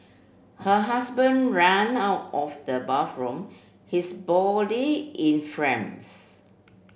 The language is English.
her husband ran out of the bathroom his body in